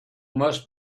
must